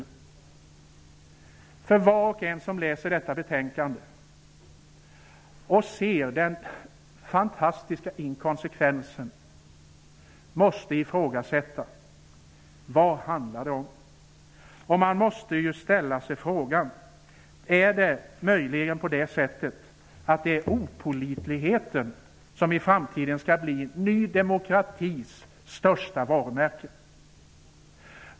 Var och en som läser detta betänkande och ser den fantastiska inkonsekvensen måste fråga sig: Vad handlar det om? Man måste ställa sig frågan: Är det möjligen opålitligheten som i framtiden skall bli Ny demokratis främsta varumärke?